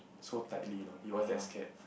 so tightly you know he was that scared